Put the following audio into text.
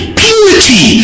purity